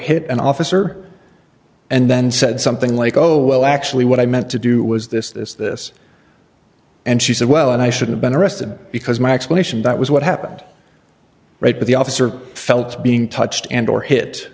hit an officer and then said something like oh well actually what i meant to do was this this this and she said well i should have been arrested because my explanation that was what happened right but the officer felt being touched and or hit